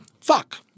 fuck